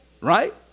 right